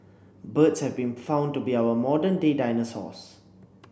birds have been found to be our modern day dinosaurs